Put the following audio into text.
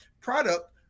product